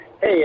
hey